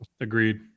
Agreed